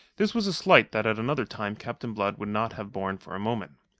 this was a slight that at another time captain blood would not have borne for a moment.